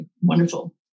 wonderful